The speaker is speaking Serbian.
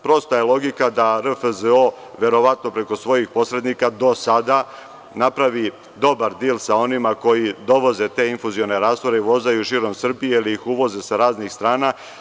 Prosta je logika da RFZO, verovatno preko svojih posrednika do sada napravi dobar dil sa onima koji dovoze, te infuzione rastvore i vozaju širom Srbije ili ih uvoze sa raznih strana.